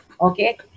Okay